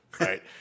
right